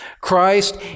Christ